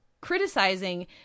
criticizing